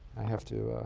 i have to